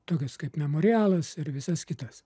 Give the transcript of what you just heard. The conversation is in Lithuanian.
tokias kaip memorialas ir visas kitas